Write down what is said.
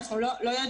אנחנו לא יודעים,